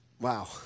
wow